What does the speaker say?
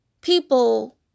people